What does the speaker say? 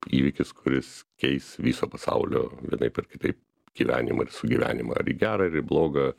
įvykis kuris keis viso pasaulio vienaip ar kitaip gyvenimą ir sugyvenimą ar į gerą ar į blogą